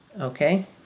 Okay